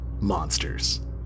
monsters